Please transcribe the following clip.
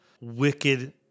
Wicked